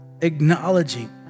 acknowledging